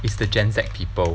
is the gen Z people